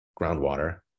groundwater